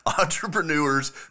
entrepreneurs